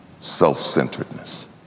Self-centeredness